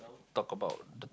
talk about the